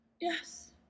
Yes